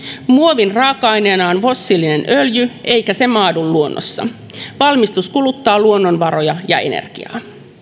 muovin raaka aineena on fossiilinen öljy eikä se maadu luonnossa valmistus kuluttaa luonnonvaroja ja energiaa